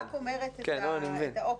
לא, אני רק אומרת את האופציות,